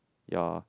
ya